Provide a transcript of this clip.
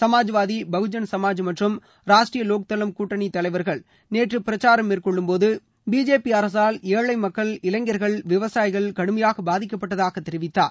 சுமாஜ்வாதி பகுஜன் சமாஜ் மற்றும் ராஷ்டிரிய வோக்தளம் கூட்டணித் தலைவர்கள் நேற்று பிரச்சாரம் மேற்கொள்ளும்போது பிஜேபி அரசால் ஏழை மக்கள் இளைஞர்கள் விவசாயிகள் கடுமையாக பாதிக்கப்பட்டதாக தெரிவித்தார்